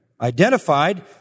identified